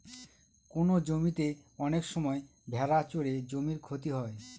কোনো জমিতে অনেক সময় ভেড়া চড়ে জমির ক্ষতি হয়